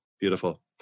Beautiful